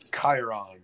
Chiron